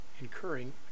incurring